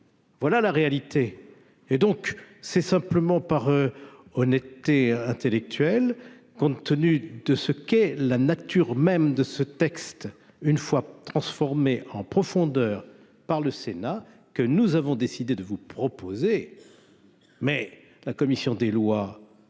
Voilà la réalité et donc c'est simplement par honnêteté intellectuelle, compte tenu de ce qu'est la nature même de ce texte, une fois transformé en profondeur par le Sénat, que nous avons décidé de vous proposer mais la commission des Lois